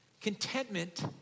Contentment